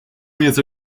něco